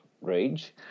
Rage